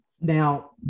now